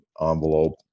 envelope